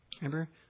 Remember